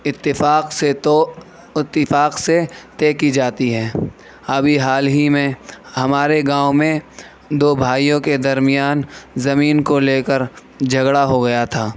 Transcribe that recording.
اتفاق سے تو اتفاق سے طے کی جاتی ہے ابھی حال ہی میں ہمارے گاؤں میں دو بھائیوں کے درمیان زمین کو لے کر جھگڑا ہو گیا تھا